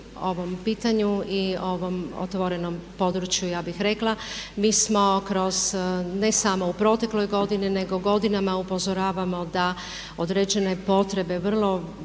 na ovom pitanju i ovom otvorenom području, ja bih rekla, mi smo kroz ne samo u protekloj godini nego godinama upozoravamo da određene potrebe važne